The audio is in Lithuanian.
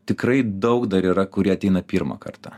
tikrai daug dar yra kurie ateina pirmą kartą